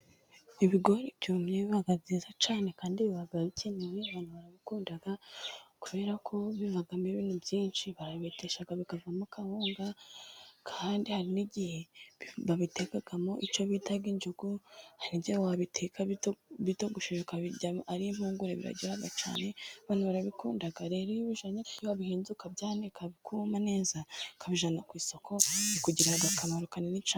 Ibigori byumye biba byiza cyane Kandi biba bikenewe. Abantu barabikunda kubera ko bivamo ibintu byinshi. Barabibetesha bikavamo kawunga Kandi hari n'igihe babitekamo icyo bita injugu, hari igihe wabiteka bitogosheje ukabirya ari impungure, biraryoha cyane abantu barabikunda. Rero iyo ubijyanye, iyo wabihinze ukabyanika bikuma neza tukabijyana ku isoko, bikugirira akamaro kanini cyane.